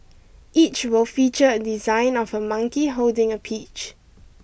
each will feature a design of a monkey holding a peach